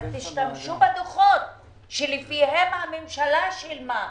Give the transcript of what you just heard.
אז תשתמשו בדוחות לפיהם הממשלה שילמה בעבר.